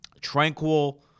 tranquil –